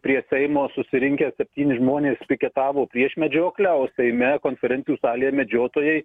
prie seimo susirinkę septyni žmonės piketavo prieš medžioklę o seime konferencijų salėje medžiotojai